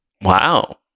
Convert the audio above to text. Wow